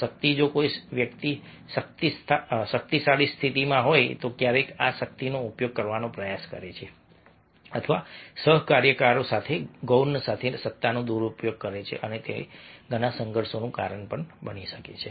શક્તિ જો કોઈ વ્યક્તિ શક્તિશાળી સ્થિતિમાં હોય તો ક્યારેક આ શક્તિનો ઉપયોગ કરવાનો પ્રયાસ કરે છે અથવા સહકાર્યકરો સાથે ગૌણ સાથે સત્તાનો દુરુપયોગ કરે છે અને તે ઘણાં સંઘર્ષનું કારણ બને છે